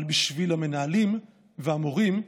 אבל בשביל המנהלים והמורים,